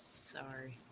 Sorry